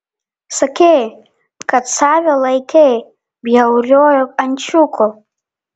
sakei kad save laikei bjauriuoju ančiuku